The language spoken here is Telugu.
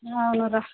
అవునురా